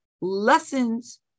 lessons